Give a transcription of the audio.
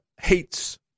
hates